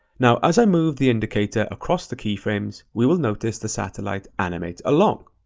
now as i move the indicator across the keyframes, we will notice the satellite animates along.